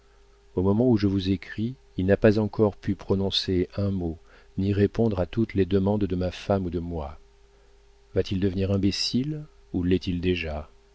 au moment où je vous écris il n'a pas encore pu prononcer un mot ni répondre à toutes les demandes de ma femme ou de moi va-t-il devenir imbécile ou lest il déjà